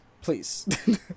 Please